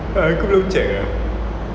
eh aku belum ah